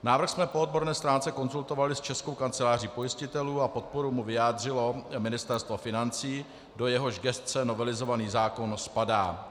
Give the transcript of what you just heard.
Návrh jsme po odborné stránce konzultovali s Českou kanceláří pojistitelů a podporu mu vyjádřilo Ministerstvo financí, do jehož gesce novelizovaný zákon spadá.